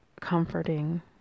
comforting